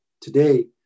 today